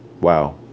wow